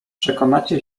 przekonacie